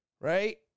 right